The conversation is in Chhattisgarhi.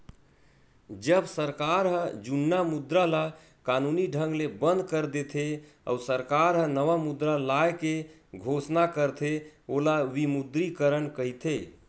जब सरकार ह जुन्ना मुद्रा ल कानूनी ढंग ले बंद कर देथे, अउ सरकार ह नवा मुद्रा लाए के घोसना करथे ओला विमुद्रीकरन कहिथे